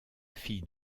fille